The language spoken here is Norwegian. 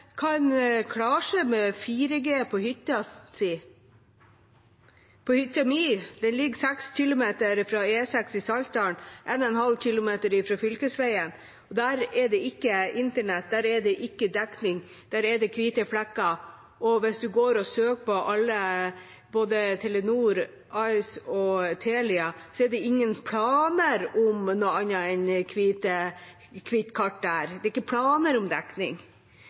kan klare seg med 4G på hytta si. På hytta mi, som ligger 6 km fra E6 i Saltdal og 1,5 km fra fylkesveien, er det ikke internett. Der er det ikke dekning. Der er det hvite flekker, og hvis man søker på alle – både Telenor, ice og Telia – har de ingen planer om noe annet enn hvitt kart der. Det er ikke planer om dekning.